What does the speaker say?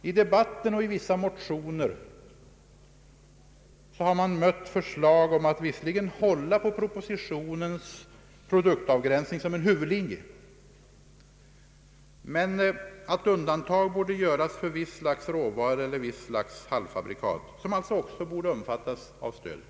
I debatten och i vissa motioner har man mött förslag om att visserligen hålla på propositionens produktavgränsning som en huvudlinje, men att undantag borde göras för viss slags råvara eller visst slags halvfabrikat, som alltså också borde omfattas av stödet.